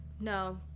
no